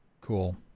cool